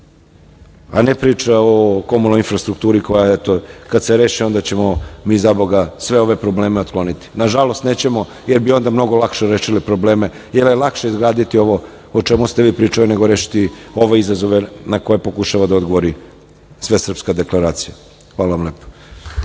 a ne priča o komunalnoj infrastrukturi koja, eto, kada se reši, onda ćemo mi zaboga sve ove probleme otkloniti. Nažalost, nećemo, jer bi onda mnogo lakše rešili probleme, jer je lakše izgraditi ovo o čemu ste vi pričali, nego rešiti ove izazove na koje pokušava da odgovori Svesrpska deklaracija. Hvala vam lepo.